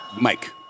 Mike